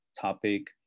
topic